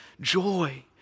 joy